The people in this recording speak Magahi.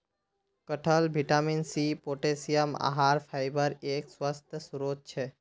कटहल विटामिन सी, पोटेशियम, आहार फाइबरेर एक स्वस्थ स्रोत छे